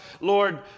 Lord